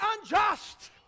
unjust